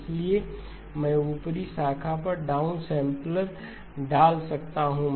इसलिए मैं ऊपरी शाखा पर डाउनसैंपलर डाल सकता हूं